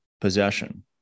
possession